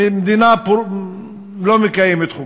מדינה שלא מקיימת חוקים,